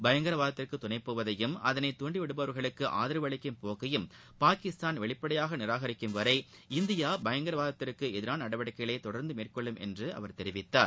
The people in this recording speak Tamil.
பயங்கரவாதத்திற்கு துணைபோவதையும் அதனை தூண்டி விடுபவர்களுக்கு ஆதரவு அளிக்கும் போக்கை பாகிஸ்தான் வெளிப்படையாக நிராகரிக்கும் வரை இந்தியா பயங்கரவாதத்திற்கு எதிரான நடவடிக்கைகளை தொடர்ந்து மேற்கொள்ளும் என்று அவர் தெரிவித்தார்